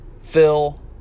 Phil